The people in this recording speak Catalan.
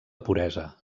puresa